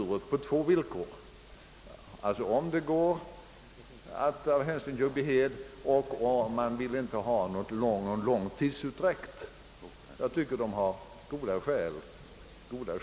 För detta fanns två villkor, nämligen att en annan förläggning skall vara möjlig av hänsyn till Ljungbyhed och att tidsutdräkten inte blir för lång. Jag tycker dessa skäl är goda.